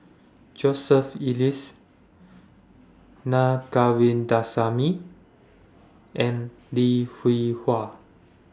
Joseph Elias Naa Govindasamy and Lim Hwee Hua